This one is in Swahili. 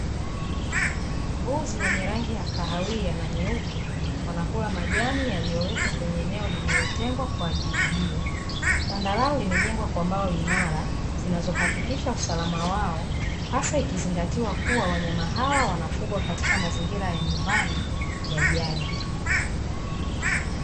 Mbuzi wenye rangi ya kahawia na nyeupe, wanakula majani yaliyowekwa kwenye eneo lililotengwa kwa ajili hiyo. Banda lao limejengwa kwa mbao imara zinazohakikisha usalama wao hasa ikizingatiwa kuwa wanyama hao wanafugwa katika mazingira ya nyumbani ya jadi.